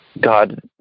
God